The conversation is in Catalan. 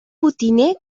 potiner